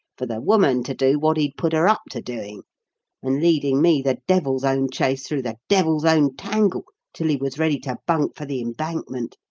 for the woman to do what he'd put her up to doing and leading me the devil's own chase through the devil's own tangle till he was ready to bunk for the embankment.